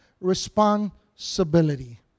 responsibility